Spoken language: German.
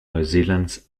neuseelands